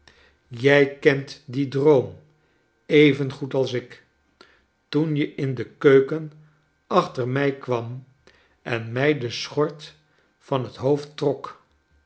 jij kent dien droom even goed als ik toen je in de keuken achter mij kwam en mij de schort van het hoofd trok